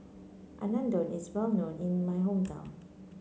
Unadon is well known in my hometown